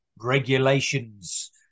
Regulations